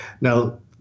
Now